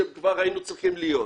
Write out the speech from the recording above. שכבר היינו צריכים להיות שם.